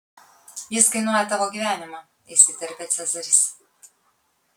jis kainuoja tavo gyvenimą įsiterpia cezaris